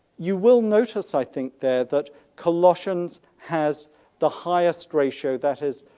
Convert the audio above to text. you will notice, i think, there that colossians has the highest ratio, that is,